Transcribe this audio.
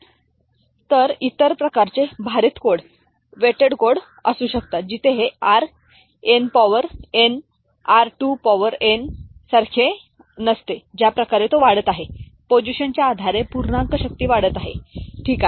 d 1d 2 d m dn x rn d1 x r1 d0 x r0 d 1 x r 1 d 2 x r 2 d m x r m तर इतर प्रकारचे भारित code असू शकतात जिथे हे R n power n R to power 1 सारखे नसते ज्या प्रकारे तो वाढत आहे पोझिशनच्या आधारे पूर्णांक शक्ती वाढत आहे ठीक आहे